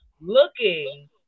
looking